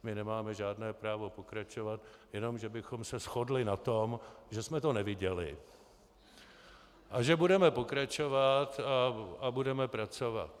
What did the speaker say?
My nemáme žádné právo pokračovat, jenom že bychom se shodli na tom, že jsme to neviděli a že budeme pokračovat a budeme pracovat.